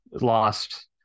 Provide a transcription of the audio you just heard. lost